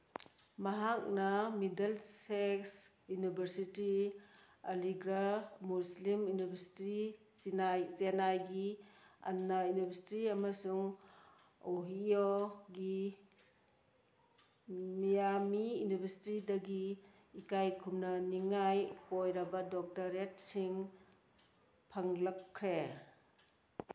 ꯃꯍꯥꯛꯅ Middlesex university Aligarh Muslim university ꯆꯦꯅꯥꯏꯒꯤ ꯑꯅꯥ ꯌꯨꯅꯤꯚꯔꯁꯤꯇꯤ ꯑꯃꯁꯨꯡ ꯑꯣꯍꯤꯌꯣꯒꯤ ꯃꯤꯌꯥꯃꯤ ꯌꯨꯅꯤꯚꯔꯁꯤꯇꯤꯗꯒꯤ ꯏꯀꯥꯏ ꯈꯨꯝꯅꯅꯤꯉꯥꯏ ꯑꯣꯏꯔꯕ ꯗꯣꯀꯇꯔꯦꯠꯁꯤꯡ ꯐꯪꯂꯛꯈ꯭ꯔꯦ